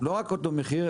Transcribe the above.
לא רק אותו מחיר,